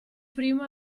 primo